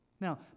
Now